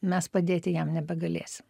mes padėti jam nebegalėsim